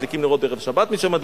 מדליקים נרות בערב שבת, מי שמדליק,